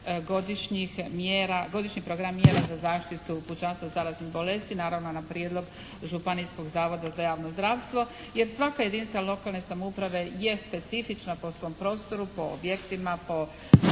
godišnjih mjera, godišnji program mjera za zaštitu pučanstva od zaraznih bolesti. Naravno na prijedlog Županijskog zavoda za javno zdravstvo jer svaka jedinica lokalne samouprave je specifična po svom prostoru, po objektima, po